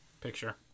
Picture